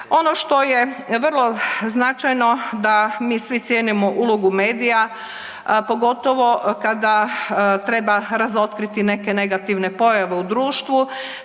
Ono što je vrlo značajno da mi svi cijenimo ulogu medija, a pogotovo kada treba razotkriti neke negativne pojave u društvu